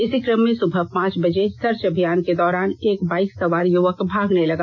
इसी क्रम में सुबह पांच बजे सर्च अभियान के दौरान एक बाइक सवार युवक भागने लगा